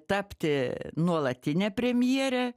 tapti nuolatine premjere